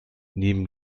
neben